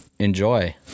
Enjoy